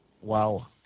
Wow